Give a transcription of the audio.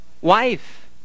wife